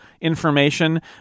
information